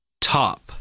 Top